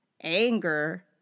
anger